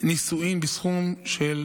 נישואים בסכום של